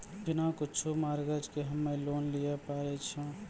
बिना कुछो मॉर्गेज के हम्मय लोन लिये पारे छियै?